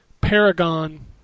Paragon